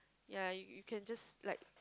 ya you you can just like